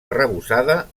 arrebossada